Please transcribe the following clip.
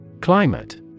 Climate